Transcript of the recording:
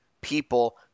people